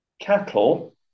cattle